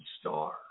star